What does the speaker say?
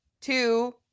two